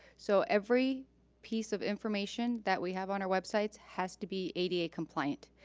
so every piece of information that we have on our web sites has to be ada compliant.